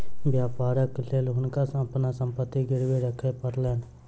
व्यापारक लेल हुनका अपन संपत्ति गिरवी राखअ पड़लैन